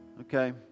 Okay